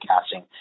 casting